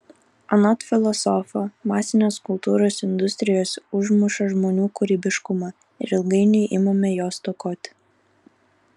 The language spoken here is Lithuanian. anot filosofo masinės kultūros industrijos užmuša žmonių kūrybiškumą ir ilgainiui imame jo stokoti